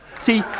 See